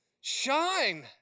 shine